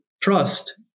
trust